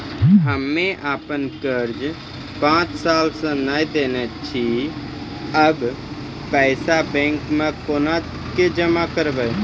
हम्मे आपन कर्जा पांच साल से न देने छी अब पैसा बैंक मे कोना के जमा करबै?